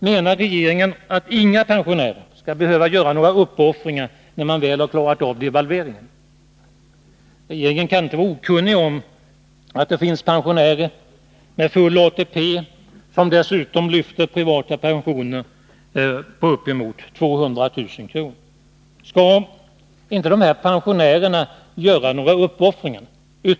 Menar regeringen att inga pensionärer skall behöva göra några uppoffringar när man väl har klarat av devalveringen? Regeringen kan inte vara okunnig om att det finns pensionärer med full ATP som dessutom lyfter privata pensioner på uppemot 200 000 kr. Skall inte dessa pensionärer göra några uppoffringar?